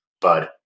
bud